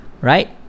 right